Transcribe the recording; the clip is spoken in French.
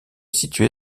située